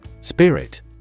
Spirit